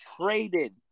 traded